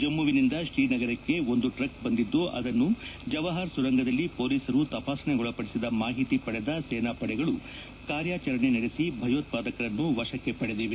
ಜಮ್ಮವಿನಿಂದ ಶ್ರೀನಗರಕ್ಕೆ ಒಂದು ಟ್ರಕ್ ಬಂದಿದ್ದು ಅದನ್ನು ಜವಾಹರ್ ಸುರಂಗದಲ್ಲಿ ಪೊಲೀಸರು ತಪಾಸಣೆಗೊಳಪದಿಸಿದ ಮಾಹಿತಿ ಪಡೆದ ಸೇನಾಪಡೆಗಳು ಕಾರ್ಯಾಚರಣೆ ನಡೆಸಿ ಭಯೋತ್ವಾದಕರನ್ನು ವಶಕ್ಕೆ ಪಡೆದಿದೆ